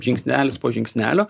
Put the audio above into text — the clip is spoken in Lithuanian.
žingsnelis po žingsnelio